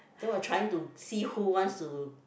then will trying to see who wants to